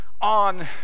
on